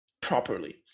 properly